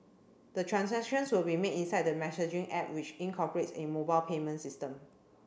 the transactions will be made inside the messaging app which incorporates a mobile payment system